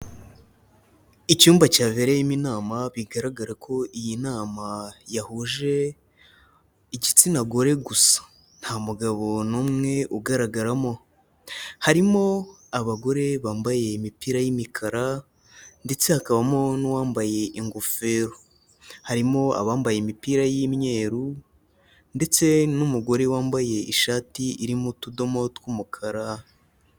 Icyumba cyabereyemo inama bigaragara ko iyi nama yahuje igitsina gore gusa, nta mugabo n'umwe ugaragaramo. Harimo abagore bambaye imipira y'imikara ndetse hakabamo n'uwambaye ingofero. Harimo abambaye imipira y'imyeru ndetse n'umugore wambaye ishati irimo utudomo tw'umukara.